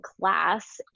class